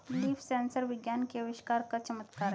leaf sensor विज्ञान के आविष्कार का चमत्कार है